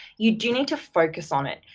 you do need to focus on it.